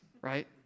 right